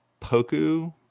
Poku